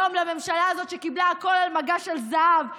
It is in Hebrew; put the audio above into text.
לממשלה הזאת שקיבלה הכול על מגש של זהב,